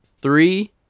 Three